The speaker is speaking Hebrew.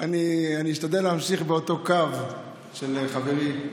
אני אשתדל להמשיך באותו קו של חברי.